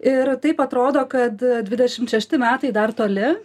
ir taip atrodo kad dvidešimt šešti metai dar toli